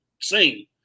sing